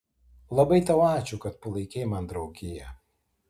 labai tau ačiū kad palaikei man draugiją